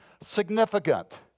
significant